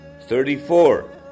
Thirty-four